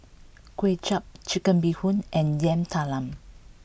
Kuay Chap chicken Bee Hoon and Yam Talam